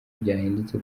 byahindutse